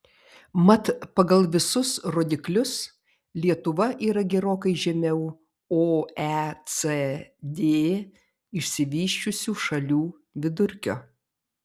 mat pagal visus rodiklius lietuva yra gerokai žemiau oecd išsivysčiusių šalių vidurkio